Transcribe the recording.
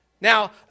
Now